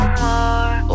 more